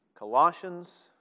Colossians